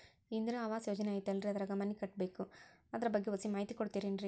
ಇಂದಿರಾ ಆವಾಸ ಯೋಜನೆ ಐತೇಲ್ರಿ ಅದ್ರಾಗ ಮನಿ ಕಟ್ಬೇಕು ಅದರ ಬಗ್ಗೆ ಒಸಿ ಮಾಹಿತಿ ಕೊಡ್ತೇರೆನ್ರಿ?